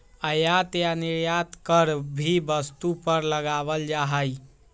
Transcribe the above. आयात या निर्यात कर भी वस्तु पर लगावल जा हई